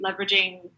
leveraging